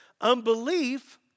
Unbelief